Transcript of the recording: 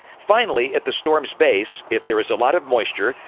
finally, at the storm's base, if there is a lot of moisture,